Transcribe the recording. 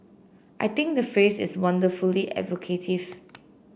I think the phrase is wonderfully evocative